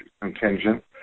contingent